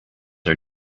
are